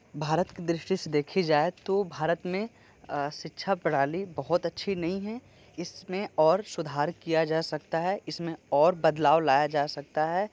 भारत की दृष्टि से देखा जाए तो भारत में शिक्षा प्रणाली बहुत अच्छी नहीं है इसमें और सुधार किया जा सकता है इसमें और बदलाव लाया जा सकता है